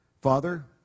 Father